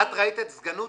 את ראית את הסגנות